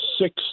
six